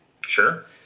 Sure